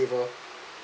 flavour